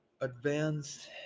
Advanced